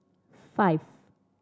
five